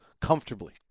comfortably